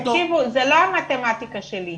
תקשיבו, זו לא המתמטיקה שלי,